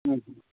হুম হুম